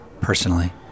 personally